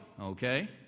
okay